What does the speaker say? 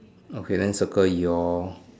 okay then circle your